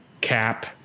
cap